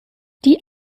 die